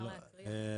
קיבלת תשובה יעקב.